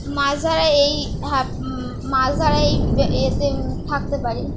মাছ ধরায় এই হ্যাপ মাছ ধরাই এই ইয়েতে থাকতে পারি